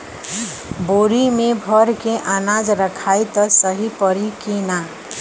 बोरी में भर के अनाज रखायी त सही परी की ना?